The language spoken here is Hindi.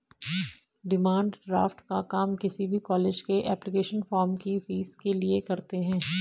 डिमांड ड्राफ्ट का काम किसी भी कॉलेज के एप्लीकेशन फॉर्म की फीस के लिए करते है